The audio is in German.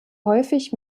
häufig